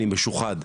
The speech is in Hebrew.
אני משוחד,